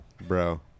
Bro